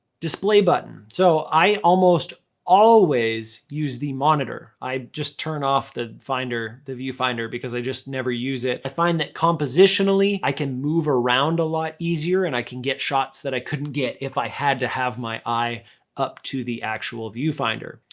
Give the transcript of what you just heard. display button. so, i almost always use the monitor. i just turn off the finder, the viewfinder, because i just never use it. i find that compositionally, i can move around a lot easier and i can get shots that i couldn't get if i had to have my eye up to the actual viewfinder.